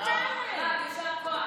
אני עוד לא סיימתי איתו,